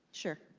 sure.